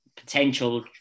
potential